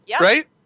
right